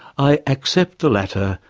i accept the latter,